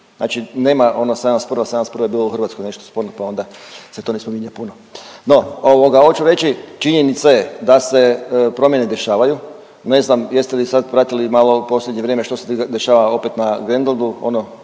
Znači nema ono '71., '71. je bilo u Hrvatskoj nešto sporno pa onda se to ne spominje puno. No, hoću reći činjenica je da se promjene dešavaju. Ne znam jeste li sad pratili malo u posljednje vrijeme što se dešava opet na Grenlandu, ono